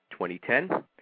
2010